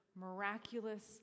miraculous